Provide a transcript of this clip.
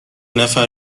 نفر